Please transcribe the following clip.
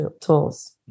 tools